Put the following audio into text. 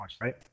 right